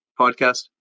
podcast